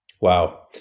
wow